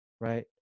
Right